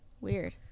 weird